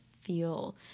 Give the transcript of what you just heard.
feel